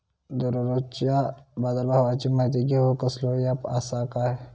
दररोजच्या बाजारभावाची माहिती घेऊक कसलो अँप आसा काय?